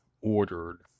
ordered